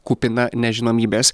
kupina nežinomybės